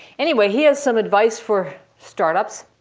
anyway, he has some advice for startups,